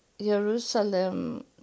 Jerusalem